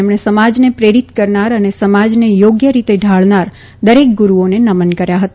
તેમણે સમાજને પ્રેરિત કરનાર અને સમાજને યોગ્ય રીતે ઢાળનાર દરેક ગુરૂઓને નમન કર્યા હતા